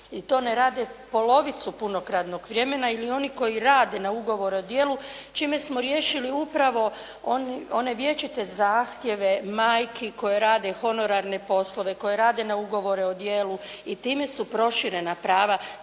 i to ne rade polovicu punog radnog vremena ili oni koji rade na ugovor o djelu čime smo riješili upravo one vječite zahtjeve majki koje rade honorarne poslove, koje rade ne ugovore o djelu i time su proširena prava.